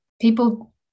people